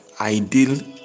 ideal